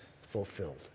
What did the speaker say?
fulfilled